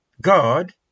God